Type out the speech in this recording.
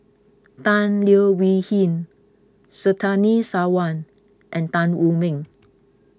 Tan Leo Wee Hin Surtini Sarwan and Tan Wu Meng